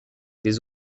des